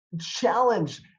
challenge